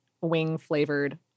wing-flavored